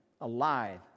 alive